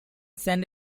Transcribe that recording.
sent